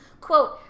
quote